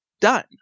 done